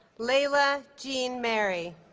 leila jean-mary